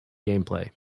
gameplay